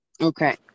Okay